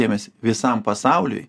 dėmesį visam pasauliui